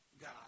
God